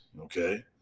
okay